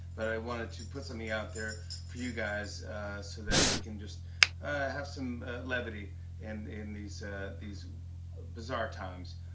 but i wanted to put something yeah out there for you guys so that we can just have some levity and in these these bizarre times.